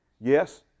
Yes